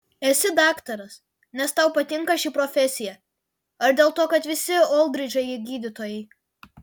esi daktaras nes tau patinka ši profesija ar dėl to kad visi oldridžai gydytojai